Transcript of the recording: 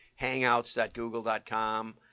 hangouts.google.com